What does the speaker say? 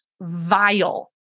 vile